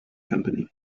company